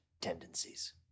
tendencies